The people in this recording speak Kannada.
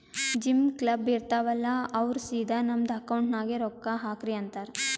ಜಿಮ್, ಕ್ಲಬ್, ಇರ್ತಾವ್ ಅಲ್ಲಾ ಅವ್ರ ಸಿದಾ ನಮ್ದು ಅಕೌಂಟ್ ನಾಗೆ ರೊಕ್ಕಾ ಹಾಕ್ರಿ ಅಂತಾರ್